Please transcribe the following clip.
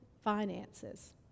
finances